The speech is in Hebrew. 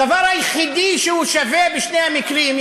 הדבר היחידי שהוא שווה בשני המקרים,